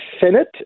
Senate